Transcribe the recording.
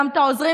גם את העוזרים,